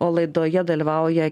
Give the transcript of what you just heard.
o laidoje dalyvauja